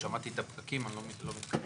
איך כותבים את זה לא משנה.